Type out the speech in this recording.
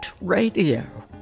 radio